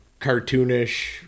cartoonish